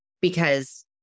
Because-